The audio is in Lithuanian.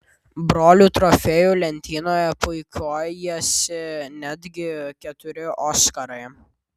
brolių trofėjų lentynoje puikuojasi netgi keturi oskarai